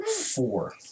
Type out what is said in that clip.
Four